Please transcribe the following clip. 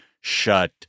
shut